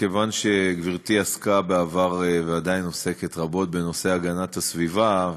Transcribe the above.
כיוון שגברתי עסקה בעבר ועדיין עוסקת רבות בנושא הגנת הסביבה,